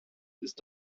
ist